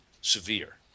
severe